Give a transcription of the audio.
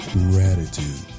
gratitude